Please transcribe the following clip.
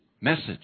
message